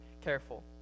careful